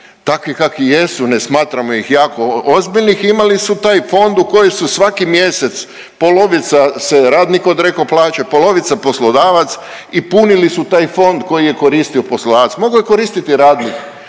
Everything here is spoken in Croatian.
takvi kakvi jesu, ne smatramo ih jako ozbiljnih, imali su taj fond u koji su svaki mjesec, polovica se radnika odreklo plaće, polovica poslodavac i punili su taj fond koji je koristio poslodavac, mogao je koristiti i radnik